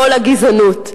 לא לגזענות".